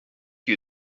you